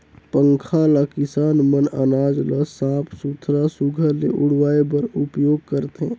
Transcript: पंखा ल किसान मन अनाज ल साफ सुथरा सुग्घर ले उड़वाए बर उपियोग करथे